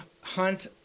hunt